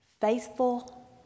faithful